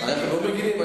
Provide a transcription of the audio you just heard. אנחנו לא מגינים.